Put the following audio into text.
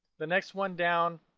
the next one down,